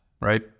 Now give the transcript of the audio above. right